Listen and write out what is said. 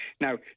Now